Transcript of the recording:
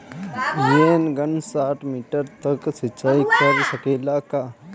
Rain gun साठ metre तक सिचाई कर सकेला का?